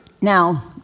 now